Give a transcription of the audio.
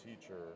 teacher